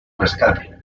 rescate